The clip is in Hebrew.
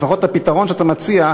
או לפחות הפתרון שאתה מציע,